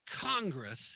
Congress